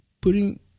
putting